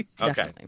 Okay